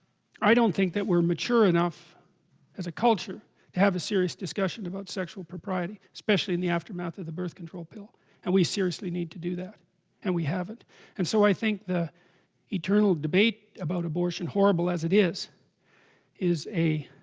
i don't think that we're mature enough as a culture to a serious discussion about sexual propriety especially in the aftermath of the birth control pill and we seriously need do that and we have it and so i think the eternal debate about abortion horrible as it is is a